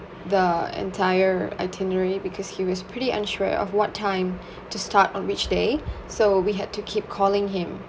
the entire itinerary because he was pretty unsure of what time to start on which day so we had to keep calling him